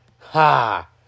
Ha